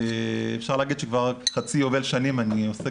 אפשר להגיד שכבר חצי יובל שנים אני עוסק